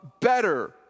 better